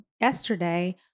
yesterday